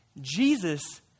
Jesus